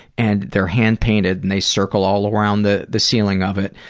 and they're hand painted and they circle all around the the ceiling of it.